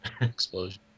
explosion